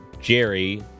Jerry